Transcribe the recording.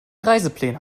reisepläne